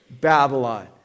Babylon